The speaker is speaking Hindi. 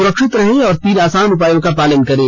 सुरक्षित रहें और तीन आसान उपायों का पालन करें